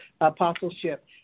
apostleship